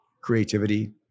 creativity